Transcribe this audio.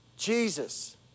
Jesus